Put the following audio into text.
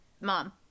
mom